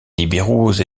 libéraux